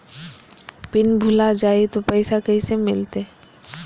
Pin भूला जाई तो पैसा कैसे मिलते?